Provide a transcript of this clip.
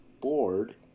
board